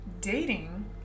dating